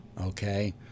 Okay